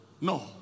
No